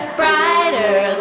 brighter